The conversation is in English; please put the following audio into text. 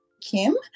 Kim